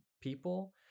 people